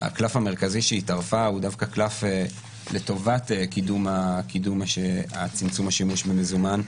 הקלף המרכזי שהיא טרפה הוא דווקא קלף לטובת קידום צמצום השימוש במזומן.